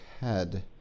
head